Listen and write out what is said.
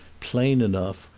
plain enough,